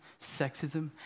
sexism